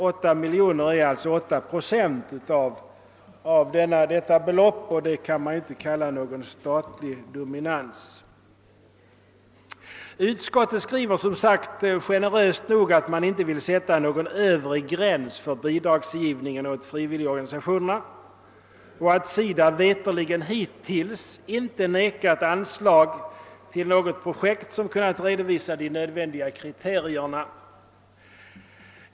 8 miljoner är högst 8 procent av detta belopp, och då kan man inte tala om någon statlig dominans. Utskottet skriver som sagt generöst nog att man inte vill sätta någon övre gräns för bidragsgivningen till de frivilliga organisationerna och att SIDA veterligen inte hittills har vägrat anslag till något projekt som uppfyller de uppställda kriterierna.